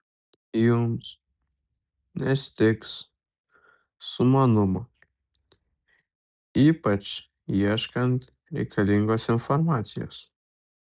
jums nestigs sumanumo ypač ieškant reikalingos informacijos